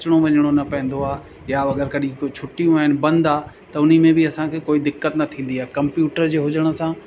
अचणो वञणो न पवंदो आहे या अगरि कॾहिं कोई छुटियूं आहिनि बंदि आहे त उन में बि असांखे कोई दिक़त न थींदी आहे कंप्यूटर जे हुजण सां